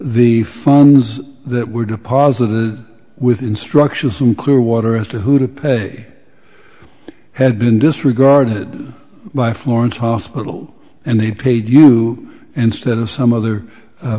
phones that were deposited with instructions from clearwater as to who to pay had been disregarded by florence hospital and they'd paid you instead in some other